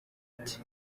ati